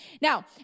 Now